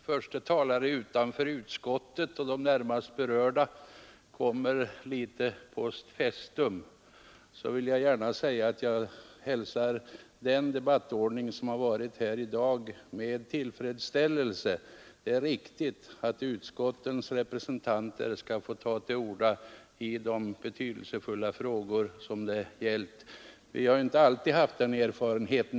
Herr talman! Även om jag som förste talare utanför utskottet och de närmast berörda kommer litet post festum med mina synpunkter så vill jag gärna säga att jag hälsar den debattordning som har förekommit i dag med tillfredsställelse. Det är riktigt att utskottets representanter först får ta till orda i de betydelsefulla frågor som det gäller. Vi har inte alltid haft det så.